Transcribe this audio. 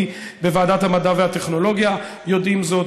בוועדת המדע והטכנולוגיה יודעים זאת,